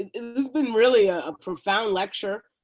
and has been really a ah profound lecture.